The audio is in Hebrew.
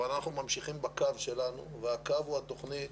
אנחנו ממשיכים בקו שלנו והקו הוא התוכנית